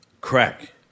Crack